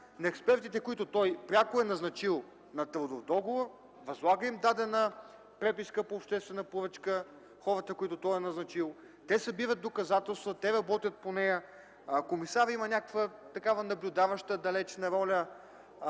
на експертите, които той пряко е назначил на трудов договор, възлага дадена преписка по обществена поръчка – на хората, които той е назначил, те събират доказателства, те работят по нея. Комисарят има някаква такава наблюдаваща, далечна роля.